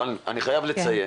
אבל אני חייב לציין,